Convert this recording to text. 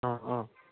অঁ অঁ